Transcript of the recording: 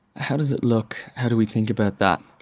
how does it look? how do we think about that?